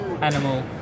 animal